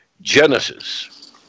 Genesis